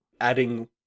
adding